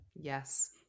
Yes